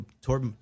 tour